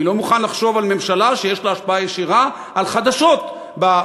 אני לא מוכן לחשוב על ממשלה שיש לה השפעה ישירה על חדשות בטלוויזיה,